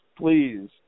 please